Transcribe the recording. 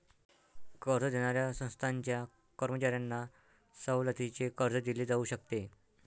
कर्ज देणाऱ्या संस्थांच्या कर्मचाऱ्यांना सवलतीचे कर्ज दिले जाऊ शकते